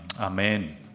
Amen